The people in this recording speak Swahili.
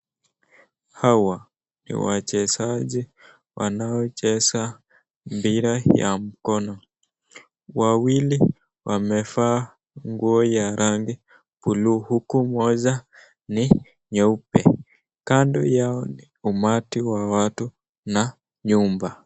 Hawa ni wachezaji wanaocheza mpira ya mkono. Wawili wamevaa nguo ya rangi buluu huku moja ni nyeupe, kando yao ni umati wa watu na nyumba.